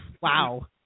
wow